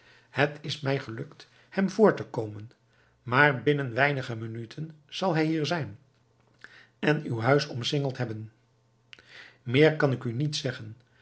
het is mij gelukt hem voor te komen maar binnen weinige minuten zal hij hier zijn en uw huis omsingeld hebben meer kan ik u niet zeggen